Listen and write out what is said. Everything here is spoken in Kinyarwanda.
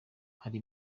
hari